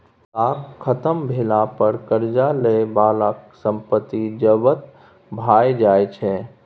साख खत्म भेला पर करजा लए बलाक संपत्ति जब्त भए जाइ छै